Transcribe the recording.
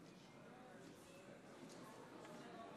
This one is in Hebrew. בעד,